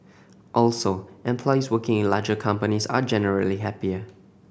also employees working in larger companies are generally happier